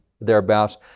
thereabouts